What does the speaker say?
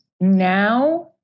now